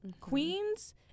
queens